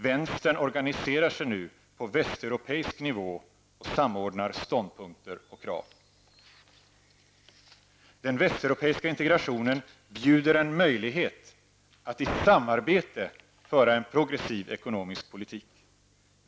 Vänstern organiserar sig nu på västeuropeisk nivå och samordnar ståndpunkter och krav. -- Den västeuropeiska integrationen bjuder en möjlighet att i samarbete föra en progressiv ekonomisk politik.